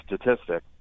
statistic